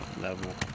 level